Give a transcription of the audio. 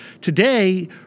today